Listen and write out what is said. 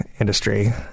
industry